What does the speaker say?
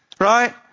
right